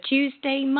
Tuesday